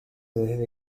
desde